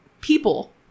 people